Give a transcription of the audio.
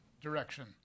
direction